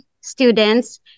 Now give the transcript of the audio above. students